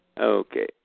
Okay